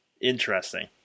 interesting